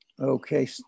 Okay